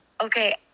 okay